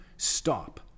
Stop